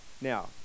Now